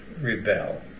rebel